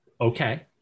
okay